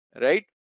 right